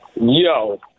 Yo